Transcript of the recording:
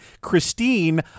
Christine